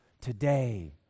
today